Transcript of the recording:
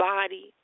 Body